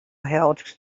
held